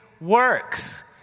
works